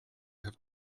have